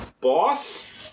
boss